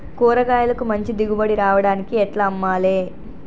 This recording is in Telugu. కూరగాయలకు మంచి దిగుబడి రావడానికి ఎట్ల అమ్మాలే?